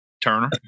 Turner